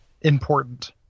important